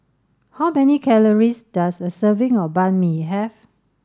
how many calories does a serving of Banh Mi have